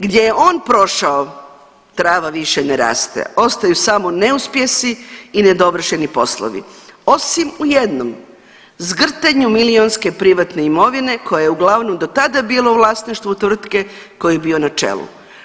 Gdje je on prošao trava više ne raste, ostaju samo neuspjesi i nedovršeni poslovi, osim u jednom zgrtanju milijunske privatne imovine koja je uglavnom do tada bila u vlasništvu tvrtke kojoj je bio na čelu.